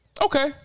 Okay